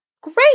Great